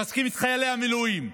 מחזקים את חיילי המילואים,